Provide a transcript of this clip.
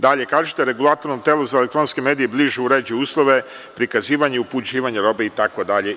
Dalje kažete – Regulatorno telo za elektronske medije bliže uređuje uslove, prikazivanje i upućivanje na robu itd.